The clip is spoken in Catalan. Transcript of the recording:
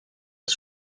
els